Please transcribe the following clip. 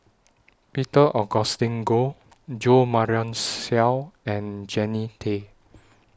Peter Augustine Goh Jo Marion Seow and Jannie Tay